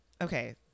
Okay